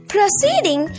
Proceeding